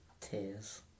Tears